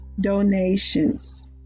donations